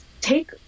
take